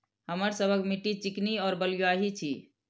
हमर सबक मिट्टी चिकनी और बलुयाही छी?